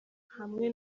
hamwe